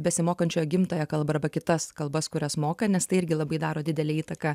besimokančiojo gimtąją kalbą arba kitas kalbas kurias moka nes tai irgi labai daro didelę įtaką